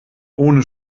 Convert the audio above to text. ohne